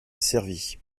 servi